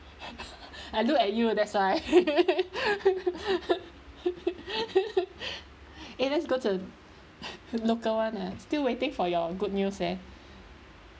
I look at you and that's why eh let's go to local [one] ah still waiting for your good news eh